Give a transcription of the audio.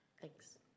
Thanks